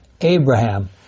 Abraham